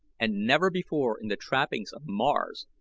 and never before in the trappings of mars.